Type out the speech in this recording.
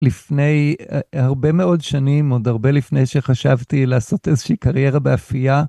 לפני הרבה מאוד שנים, עוד הרבה לפני שחשבתי לעשות איזושהי קריירה באפייה.